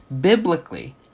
Biblically